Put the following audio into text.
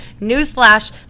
newsflash